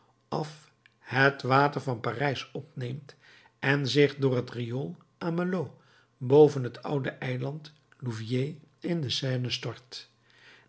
af het water van parijs opneemt en zich door het riool amelot boven het oude eiland louviers in de seine